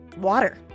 water